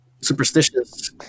Superstitious